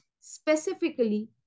specifically